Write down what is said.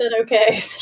okay